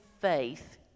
faith